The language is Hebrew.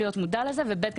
להיות מודע לזה ובי"ת,